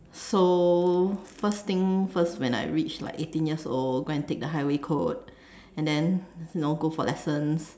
so first thing first when I reach like eighteen years old go and take the highway code and then know go for lessons